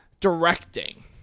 Directing